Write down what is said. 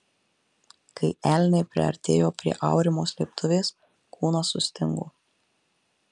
kai elniai priartėjo prie aurimo slėptuvės kūnas sustingo